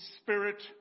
spirit